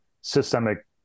systemic